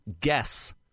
guess